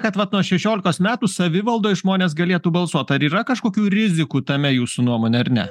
kad vat nuo šešiolikos metų savivaldoj žmonės galėtų balsuot ar yra kažkokių rizikų tame jūsų nuomone ar ne